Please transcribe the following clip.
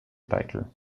title